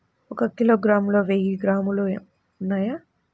ఒక కిలోగ్రామ్ లో వెయ్యి గ్రాములు ఉన్నాయి